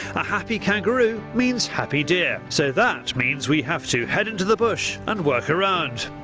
a happy kangaroo means happy deer. so that means we have to head into the bush and work around.